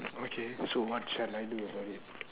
okay so what shall I do about it